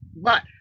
but-